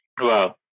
Wow